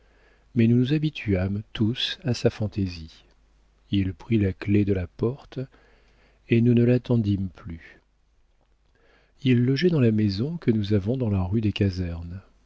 mais nous nous habituâmes tous à sa fantaisie il prit la clef de la porte et nous ne l'attendîmes plus il logeait dans la maison que nous avons dans la rue des casernes